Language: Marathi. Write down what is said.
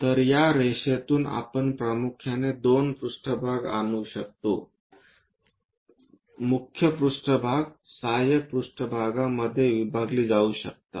तर या रेषेतून आपण प्रामुख्याने दोन पृष्ठभाग आणू शकतो प्रधान पृष्ठभाग सहाय्यक पृष्ठभाग मध्ये विभागली जाऊ शकतात